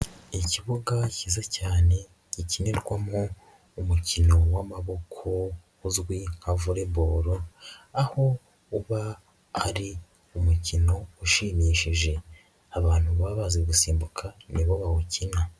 Ikibuga cyiza cyane gikinirwamo umukino w'amaboko uzwi nka Volley Ball, aho uba ari umukino ushimishije, abantu baba bazi gusimbuka nibo bawukina.